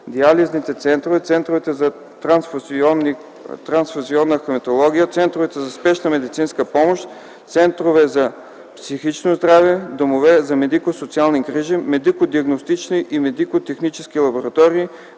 диализните центрове, центровете за трансфузионна хематология, центровете за спешна медицинска помощ, центровете за психично здраве, домовете за медико-социални грижи, медико-диагностичните и медико-техническите лаборатории,